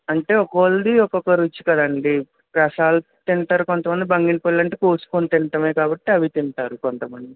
అంటే ఒక్కొక్కరిది ఒక్కొక్క రుచి కదండి రసాలు తింటారు కొంతమంది బంగినపల్లి అంటే కోసుకుని తినడమే కాబట్టి అవి తింటారు కొంత మంది